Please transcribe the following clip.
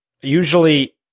Usually